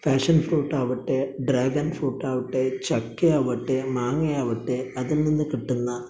ഫാഷന് fruit ആവട്ടെ dragon fruit ആവട്ടെ ചക്കയാവട്ടെ മാങ്ങയാവട്ടെ അതിൽ നിന്നു കിട്ടുന്ന